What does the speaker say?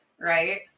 right